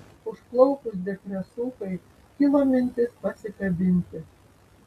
užplaukus depresūchai kilo mintis pasikabinti